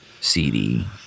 CD